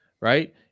right